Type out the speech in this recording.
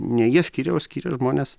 ne jie skyrė o skyrė žmonės